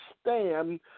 stand